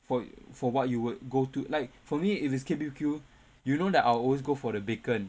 for for what you would go to like for me if it is K_B_B_Q you know that I will always go for the bacon